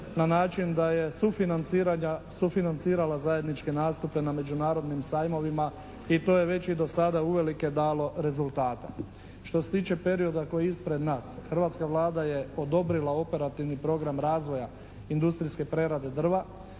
na način da je sufinancirala zajedničke nastupe na međunarodnim sajmovima i to je već i do sada uvelike dalo rezultata. Što se tiče perioda koji je ispred nas hrvatska Vlada je odobrila operativni program razvoja industrije prerade drva.